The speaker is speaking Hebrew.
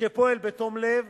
שפועל בתום לב